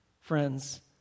Friends